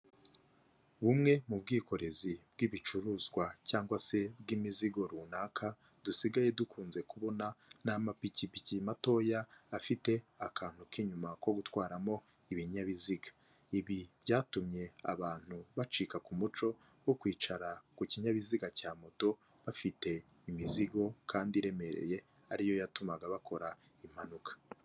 Bumwe mu bwikorezi bw'ibicuruzwa cyangwa se bw'imizigo runaka dusigaye dukunze kubona, ni amapikipiki matoya afite akantu k'inyuma ko gutwaramo ibinyabiziga. Ibi byatumye abantu bacika ku muco wo kwicara ku kinyabiziga cya moto bafite imizigo kandi iremereye ariyo yatumaga bakora impanuka.